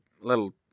little